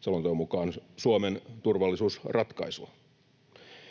selonteon mukaan tärkeä osa Suomen turvallisuusratkaisua.